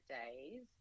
days